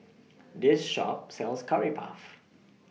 This Shop sells Curry Puff